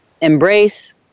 embrace